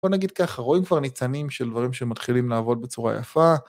בואו נגיד ככה, רואים כבר ניצנים של דברים שמתחילים לעבוד בצורה יפה.